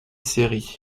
série